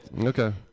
Okay